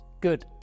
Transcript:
Good